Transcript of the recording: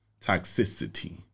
toxicity